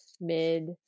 mid